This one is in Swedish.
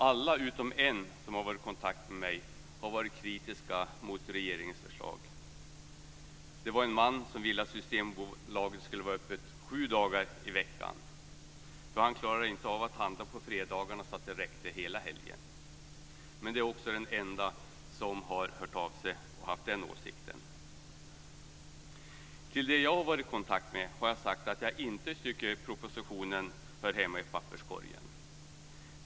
Alla utom en som har varit i kontakt med mig har varit kritiska mot regeringens förslag. Det var en man som ville att Systembolaget skulle vara öppet sju dagar i veckan, för han klarade inte av att handla på fredagarna så att det räckte hela helgen. Det är den ende som har hört av sig som haft den åsikten. Till dem som jag har varit i kontakt med har jag sagt att jag inte tycker att propositionen hör hemma i papperskorgen.